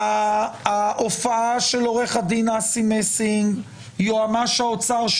ההופעה של עורך הדין אסי מסינג יועמ"ש האוצר,